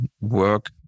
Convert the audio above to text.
work